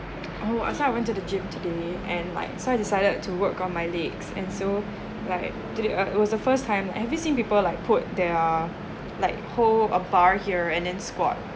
oh I to went to the gym today and like so I decided to work on my legs and so like did it uh it was the first time have you seen people like put their like hold a bar here and then squat